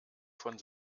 von